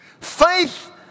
Faith